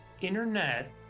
internet